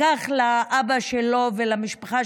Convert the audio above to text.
לקח לאבא שלו ולמשפחה,